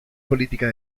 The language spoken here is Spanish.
política